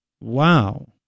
Wow